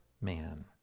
man